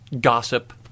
Gossip